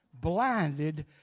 blinded